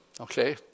okay